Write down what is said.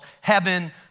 heaven